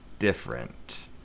different